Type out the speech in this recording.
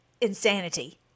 insanity